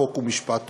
חוק ומשפט.